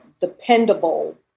dependable